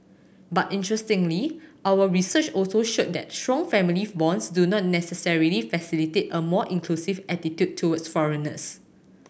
but interestingly our research also showed that strong family bonds do not necessarily facilitate a more inclusive attitude towards foreigners